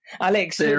Alex